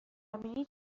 زمینی